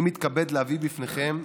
אני מתכבד להביא בפניכם,